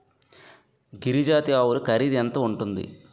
గిరి జాతి ఆవులు ఖరీదు ఎంత ఉంటుంది?